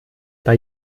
bei